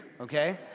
okay